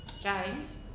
James